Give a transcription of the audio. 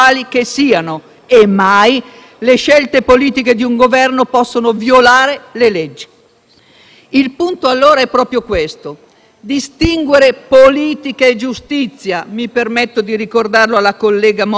il punto è proprio questo: distinguere politica e giustizia. Mi permetto di ricordarlo alla collega Modena, che invece ha detto che stiamo parlando di politica e che la politica non può essere affidata ai tribunali.